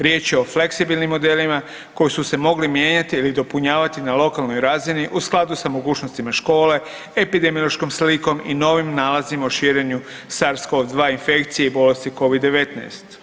Riječ je o fleksibilnim modelima koji su se mogli mijenjati ili dopunjavati na lokalnoj razini u skladu s mogućnostima škole, epidemiološkom slikom i novim nalazima o širenju SARS COVID-2 infekcije i bolesti COVID-19.